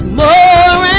more